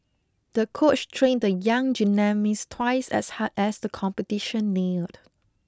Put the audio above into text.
the coach trained the young gymnast twice as hard as the competition neared